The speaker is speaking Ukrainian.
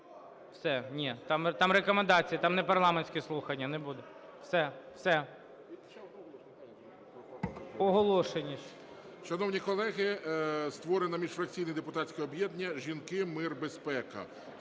Все, ні. Там рекомендації. Там не парламентські слухання. Не буду. Все. Все. Оголошення.